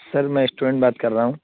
سر میں اسٹوڈینٹ بات کر رہا ہوں